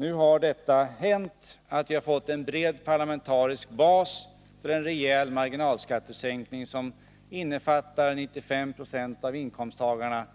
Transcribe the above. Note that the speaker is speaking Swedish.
Nu har vi alltså fått en bred parlamentarisk bas för en rejäl marginalskattesänkning, som innebär att 95 20 av inkomsttagarna